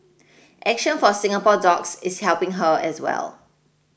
action for Singapore Dogs is helping her as well